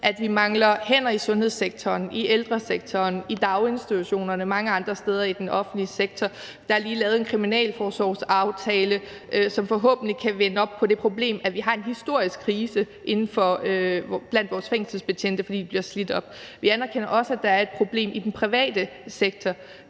at vi mangler hænder i sundhedssektoren, i ældresektoren, i daginstitutionerne og mange andre steder i den offentlige sektor. Der er lige lavet en kriminalforsorgsaftale, som forhåbentlig kan løse det problem, at vi har en historisk krise blandt vores fængselsbetjente, fordi de bliver slidt op. Vi anerkender også, at der er et problem i den private sektor.